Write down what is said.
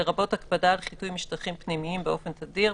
לרבות הקפדה על חיטוי משטחים פנימיים באופן תדיר,